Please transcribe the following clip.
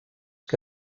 que